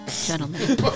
Gentlemen